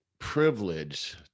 Privilege